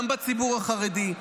גם בציבור החרדי,